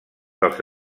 dels